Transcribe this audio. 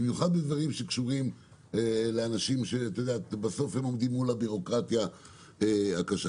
במיוחד בדברים שקשורים לאנשים שבסוף הם עומדים מול הבירוקרטיה הקשה.